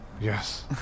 Yes